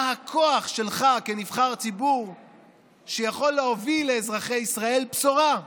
מה הכוח שלך כנבחר ציבור שיכול להביא לאזרחי ישראל בשורה.